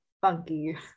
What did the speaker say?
funky